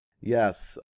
Yes